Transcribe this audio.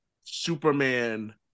Superman